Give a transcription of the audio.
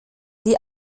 die